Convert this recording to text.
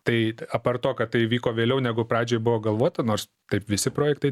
taip apart to kad tai įvyko vėliau negu pradžioj buvo galvota nors taip visi projektai